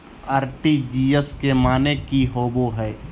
RTGS के माने की होबो है?